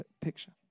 picture